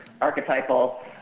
archetypal